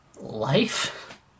life